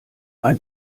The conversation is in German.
ein